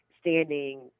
standing